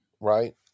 right